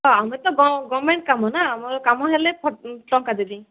ହଁ ଆମେ ତ ଗଭର୍ଣ୍ଣମେଣ୍ଟ କାମ ନା ମୋର କାମ ହେଲେ ଟଙ୍କା ଦେବି